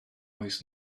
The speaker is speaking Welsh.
oes